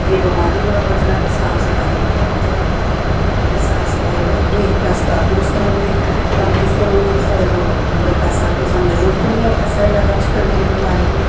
जे बमारी कोला बचना ते साफ सफाई बी करनी चाहिदी ते जे साफ सफाई रखगे ते अस तंदरुस्त रौह्गे तंदरुस्त रौह्गे ते साढ़े कोल मतलब पैसा सानूं जरूरत निं ऐ पैसा इन्ना खर्च करने दी बमारी पर